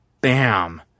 bam